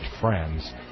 friends